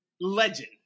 Legend